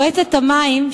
מועצת המים,